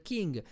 King